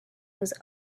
was